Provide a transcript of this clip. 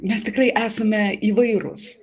mes tikrai esame įvairūs